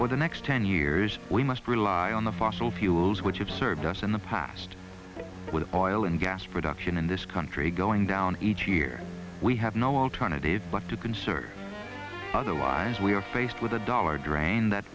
the next ten years we must rely on the fossil fuels which have served us in the past with oil and gas production in this country going down each year we have no alternative but to conserve otherwise we are faced with a dollar drain that